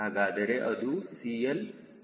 ಹಾಗಾದರೆ ಅದು CL 0